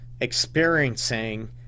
experiencing